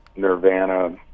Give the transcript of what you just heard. Nirvana